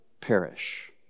perish